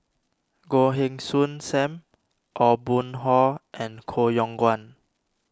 Goh Heng Soon Sam Aw Boon Haw and Koh Yong Guan